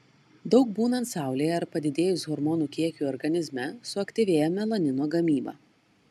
daug būnant saulėje ar padidėjus hormonų kiekiui organizme suaktyvėja melanino gamyba